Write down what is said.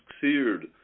seared